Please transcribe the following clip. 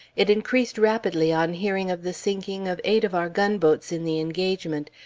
it increased rapidly on hearing of the sinking of eight of our gunboats in the engagement,